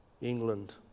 England